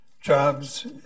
jobs